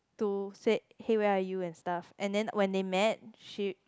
to said hey where are you and stuff and then when they met she